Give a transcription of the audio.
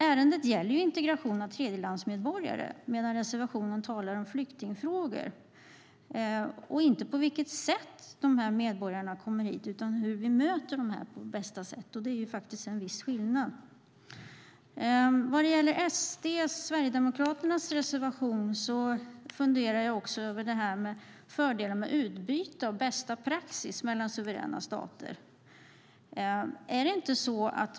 Ärendet gäller integration av tredjelandsmedborgare, medan det i reservationen talas om flyktingfrågor och inte på vilket sätt dessa medborgare kommer hit och hur vi möter dem på bästa sätt. Det är faktiskt en viss skillnad. Vad gäller Sverigedemokraternas reservation 1 funderar jag också över fördelar med utbyte av bästa praxis mellan suveräna stater.